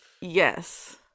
Yes